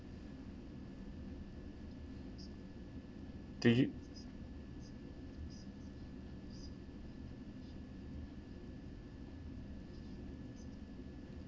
do you